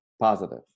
positive